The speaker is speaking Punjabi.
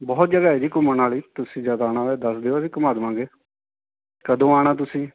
ਬਹੁਤ ਜਗ੍ਹਾ ਹੈ ਜੀ ਘੁੰਮਣ ਆਲੀ ਤੁਸੀਂ ਜਦ ਆਉਣਾ ਹੋਇਆ ਦੱਸ ਦਿਓ ਅਸੀਂ ਘੁੰਮਾ ਦਵਾਂਗੇ ਕਦੋ ਆਉਣਾ ਤੁਸੀਂ